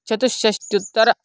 चतुष्षष्ट्युत्तर